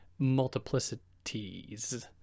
multiplicities